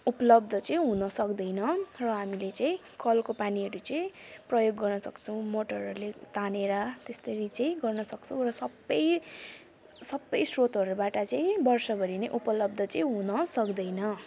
उपलब्ध चाहिँ हुन सक्दैन र हामीले चाहिँ कलको पानीहरू चाहिँ प्रयोग गर्न सक्छौँ मोटरहरूले तानेर तेस्तरी चाहिँ गर्न सक्छौँ र सबै सबै श्रोतहरूबाट चाहिँ बर्षभरि नै उपलब्द चैँ हुन सक्दैन